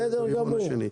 בסדר גמור.